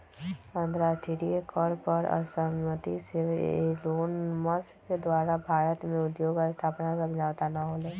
अंतरराष्ट्रीय कर पर असहमति से एलोनमस्क द्वारा भारत में उद्योग स्थापना समझौता न होलय